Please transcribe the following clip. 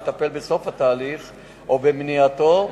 לטפל בסוף התהליך או במניעתו.